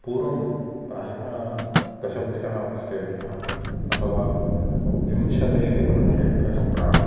पूर्वं प्रायः दशेभ्यः वर्षेभ्यः अथवा विंशतिः वर्षेभ्यः प्राग्